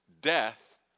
death